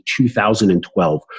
2012